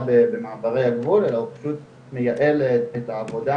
במעברי הגבול אלא הוא פשוט מייעל את העבודה